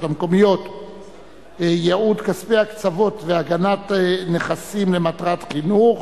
המקומיות (ייעוד כספי הקצבות והגנת נכסים למטרות חינוך)